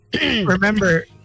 Remember